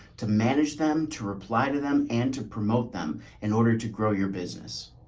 to manage them, to reply to them, and to promote them in order to grow your business.